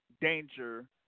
danger